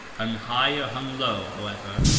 hung high or hung low, however,